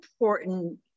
important